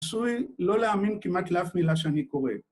ניסוי לא להאמין כמעט לאף מילה שאני קורא